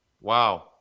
Wow